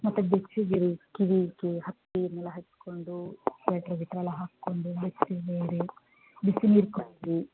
ಮತ್ತು ಬೆಚ್ಚಗಿರಿ ಕಿವಿಗೆ ಹತ್ತಿ ಎಲ್ಲ ಹಾಕಿಕೊಂಡು ಸ್ವೆಟ್ರ್ ಗಿಟ್ರ್ ಎಲ್ಲ ಹಾಕಿಕೊಂಡು ಬೆಚ್ಚಗೆ ಇರಿ ಬಿಸಿ ನೀರು ಕುಡಿಯಿರಿ